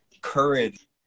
courage